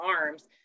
arms